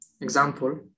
Example